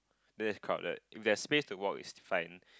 then it's crowded if there's space to walk it's fine